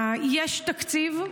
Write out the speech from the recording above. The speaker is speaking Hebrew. יש תקציב.